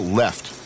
left